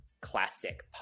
classic